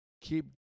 keep